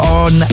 on